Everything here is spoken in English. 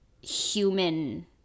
human